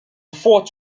fort